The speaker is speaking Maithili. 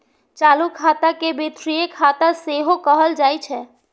चालू खाता के वित्तीय खाता सेहो कहल जाइ छै